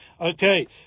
Okay